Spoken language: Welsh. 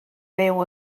fyw